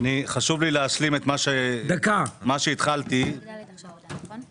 חשוב לי להשלים את מה שהתחלתי קודם לכן.